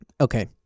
Okay